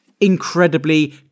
incredibly